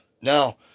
now